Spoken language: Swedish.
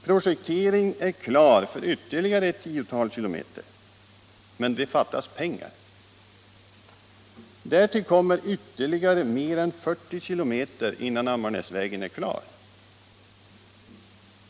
Projektering är klar för ytterligare ett tiotal kilometer, men det fattas pengar. Därtill kommer mer än 40 kilometer innan Ammarnäsvägen är klar.